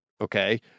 Okay